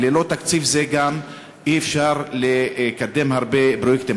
וללא תקציב זה אי-אפשר לקדם הרבה פרויקטים.